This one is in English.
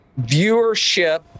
viewership